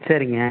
சரிங்க